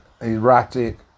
erratic